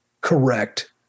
correct